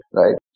right